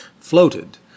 floated